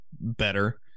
better